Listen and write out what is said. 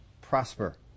prosper